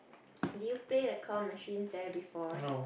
do you play the claw machine there before